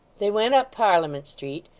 they went up parliament street,